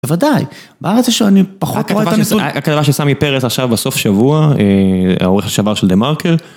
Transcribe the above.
בוודאי, ב"הארץ" זה שאני פחות רואה את הניסוי... היתה כתבה של סמי פרץ עכשיו בסוף שבוע, אה... העורך לשעבר של דה-מרקר.